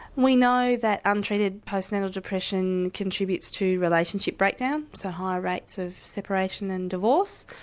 we know that untreated postnatal depression contributes to relationship breakdown, so higher rates of separation and divorce,